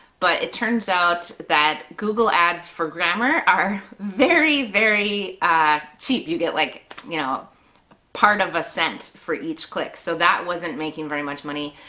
but it turns out that google ads for grammar are very, very cheap. you get like you know part of a cent for each click, so that wasn't making very much money.